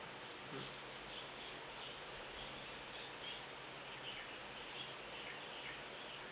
hmm